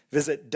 Visit